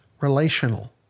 relational